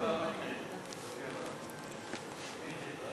ההצעה להעביר